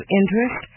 interest